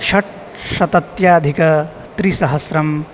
षट्शत्यधिक त्रिसहस्रम्